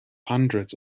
hundreds